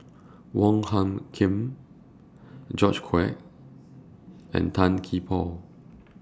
Wong Hung Khim George Quek and Tan Gee Paw